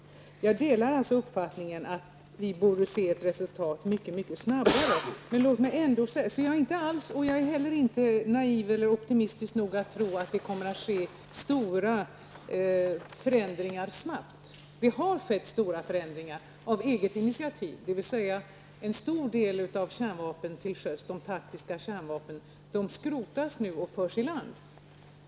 Jag delar uppfattningen att vi borde få se ett resultat mycket snabbare. Jag är inte heller naiv eller optimistisk nog att tro att det kommer att ske stora förändringar snabbt. Stora förändringar har skett genom egna initiativ, dvs. en stor del av de taktiska kärnvapnen till sjöss skrotas nu och förs i land.